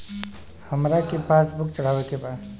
हमरा के पास बुक चढ़ावे के बा?